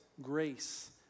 grace